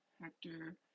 Hector